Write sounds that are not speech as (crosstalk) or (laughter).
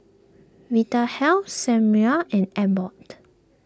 Vitahealth (unintelligible) and Abbott